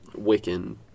Wiccan